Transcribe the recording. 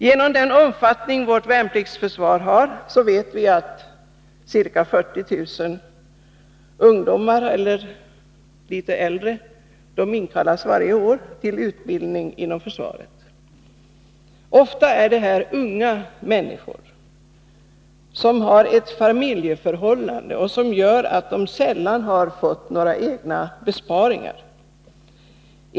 Med den omfattning vårt värnpliktsförsvar har inkallas varje år ca 40 000 man till utbildning inom försvaret, unga människor som ofta har ett familjeförhållande som gör att de sällan har hunnit få några egna besparingar.